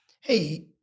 hey